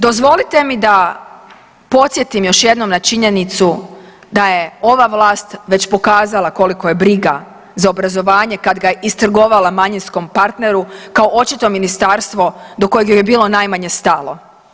Dozvolite mi da podsjetim još jednom na činjenicu da je ova vlast već pokazala koliko je briga za obrazovanje kad ga istrgovala manjinskom partneru kao očito ministarstvo do kojeg joj je bilo najmanje stalo.